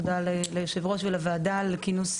תודה ליושב ראש ולוועדה על כינוס